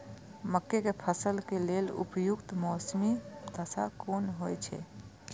मके के फसल के लेल उपयुक्त मौसमी दशा कुन होए छै?